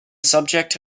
subject